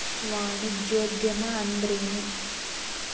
ವಾಣಿಜ್ಯೊದ್ಯಮಾ ಅಂದ್ರೇನು?